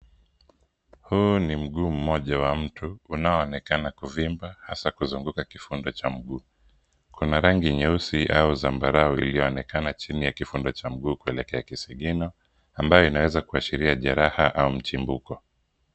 Huu ni mguu moja wa mtu unaoonekana kuvimba hasa kuzunguka kifundo cha mguu. Kuna rangi nyeusi au zambarau iliyoonekana chini ya kifundo cha mguu kuelekea kisigino ambayo inaweza kuashiria jeraha au mchimbuko.